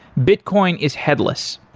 bitcoin is headless.